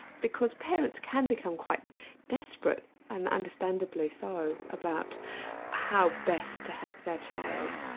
because parents can become quite desperate and understandably so, about how best to help their child.